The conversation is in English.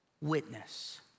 witness